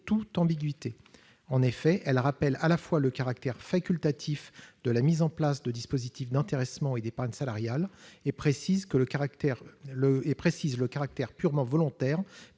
toute ambiguïté. Elle rappelle à la fois le caractère facultatif de la mise en place de dispositifs d'intéressement et d'épargne salariale et précise le caractère purement volontaire